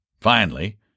Finally